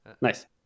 nice